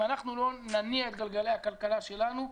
אם אנחנו לא נניע את גלגלי הכלכלה שלנו,